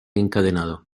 encadenado